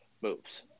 moves